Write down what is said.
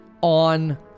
on